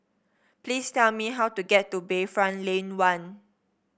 please tell me how to get to Bayfront Lane One